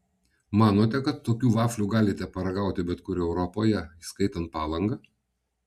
manote kad tokių vaflių galite paragauti bet kur europoje įskaitant palangą